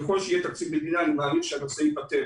ככל שיהיה תקציב מדינה אני מאמין שהנושא ייפתר,